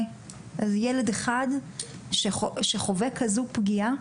ילד אחד שחווה כזאת פגיעה,